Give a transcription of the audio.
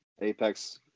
Apex